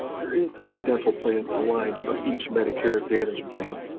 there is a dental plan aligned for each medicare advantage plan.